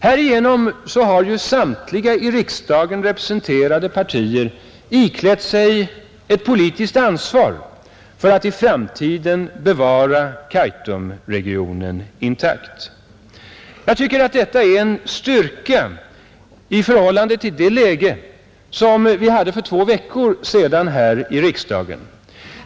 Härigenom har samtliga i riksdagen representerade partier iklätt sig ett politiskt ansvar för att i framtiden bevara Kaitumregionen intakt. Jag tycker att detta är en styrka i förhållande till det läge som vi hade för två veckor sedan här i riksdagen.